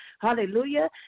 hallelujah